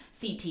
CT